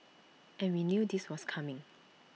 and we knew this was coming